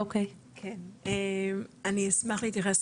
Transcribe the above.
אני אשמח להתייחס,